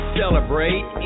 celebrate